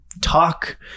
talk